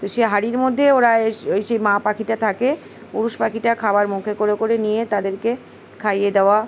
তো সে হাঁড়ির মধ্যে ওরা এস ওই সেই মা পাখিটা থাকে পুরুষ পাখিটা খাবার মুখে করে করে নিয়ে তাদেরকে খাইয়ে দেওয়া